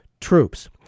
troops